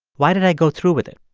why did i go through with it?